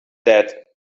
dead